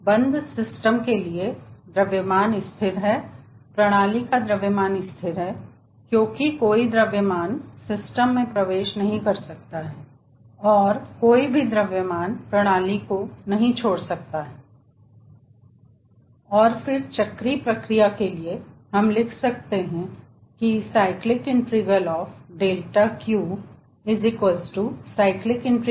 बंद प्रणाली के लिए द्रव्यमान स्थिर है प्रणाली का द्रव्यमान स्थिर है क्योंकि कोई द्रव्यमान सिस्टम में प्रवेश नहीं कर सकता है या कोई भी द्रव्यमान प्रणाली को नहीं छोड़ सकता है और फिर चक्रीय प्रक्रिया के लिए हम लिख सकते हैं ∮δQ ∮δW